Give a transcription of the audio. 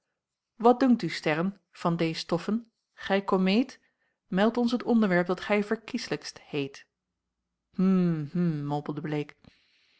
wat dunkt u sterren van dees stoffen gij komeet meld ons het onderwerp dat gij verkieslijkst heet hm hm mompelde bleek